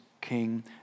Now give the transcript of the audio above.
king